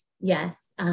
Yes